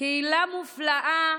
קהילה מופלאה.